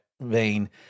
vein